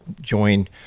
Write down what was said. join